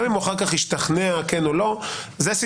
גם אם הוא אחר כך ישתכנע כן או לא,